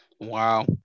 Wow